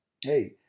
hey